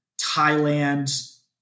Thailand